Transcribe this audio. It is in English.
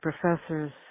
professors